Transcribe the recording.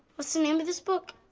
what's the name of this book?